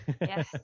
Yes